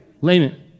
Layman